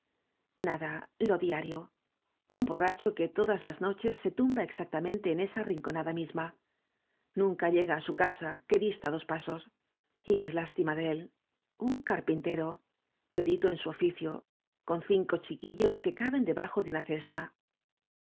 nada lo diario un borracho que todas las noches se tumba exactamente en esa rinconada misma nunca llega á su casa que dista dos pasos y es lástima de él un carpintero perito en su oficio con cinco chiquillos que caben debajo de una cesta